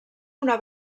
una